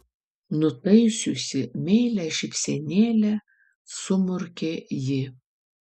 nutaisiusi meilią šypsenėlę sumurkė ji